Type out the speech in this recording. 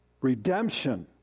Redemption